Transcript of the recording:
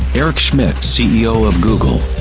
eric schmidt-ceo of google,